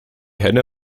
henne